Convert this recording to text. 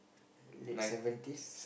late seventies